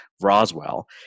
Roswell